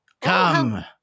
Come